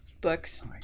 books